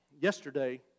Yesterday